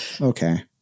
Okay